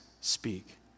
speak